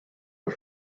but